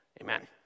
Amen